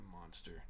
monster